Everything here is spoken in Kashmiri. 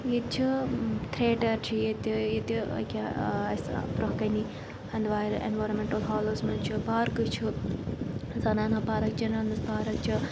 ییٚتہِ چھُ تھیٹَر چھِ ییٚتہِ ییٚتہِ أکیٛاہ اَسہِ برونٛہہ کَنہِ ہَنٛدوار اٮ۪نوارَمٮ۪نٛٹَل ہالَس منٛز چھِ پارکہٕ چھُ زَنانا پارک چِلڈرنٕز پارک چھِ